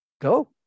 go